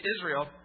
Israel